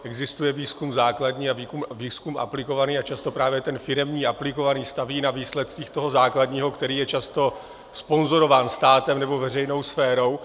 Existuje výzkum základní a výzkum aplikovaný a často právě ten firemní, aplikovaný, staví na výsledcích toho základního, který je často sponzorován státem nebo veřejnou sférou.